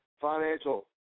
financial